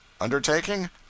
Undertaking